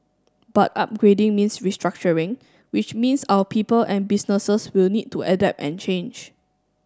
but upgrading means restructuring which means our people and businesses will need to adapt and change